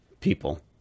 people